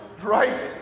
Right